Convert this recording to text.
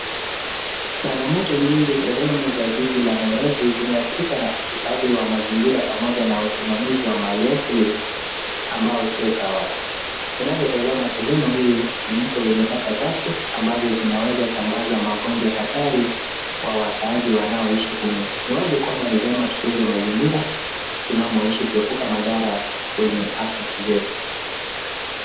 Changamoto nyingi sehemu za jiji la Nairobi zimeathirika na uhifadhi wa mazingira pamoja na usimamizi wa mali asili ambayo sio sawa. Tunavyotazama, sehemu hii ni mto wenye taka chafu ambazo zinaweza sambaza magonjwa hatari kwa wakaaji wanaoishi humu. Ni wazi kuwa ni vyema tutunze mazingira tunamoishi kuepuka madhara kwenye afya yetu.